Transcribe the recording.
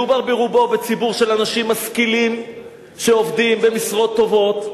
מדובר בציבור של אנשים משכילים שעובדים במשרות טובות,